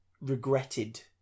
regretted